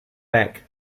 back